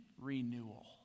renewal